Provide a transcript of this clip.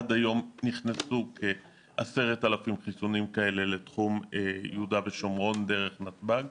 עד היום נכנסו כ-10,000 חיסונים כאלה לתחום יהודה ושומרון דרך נתב"ג.